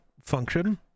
function